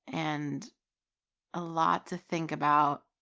and a lot to think about.